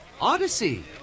Odyssey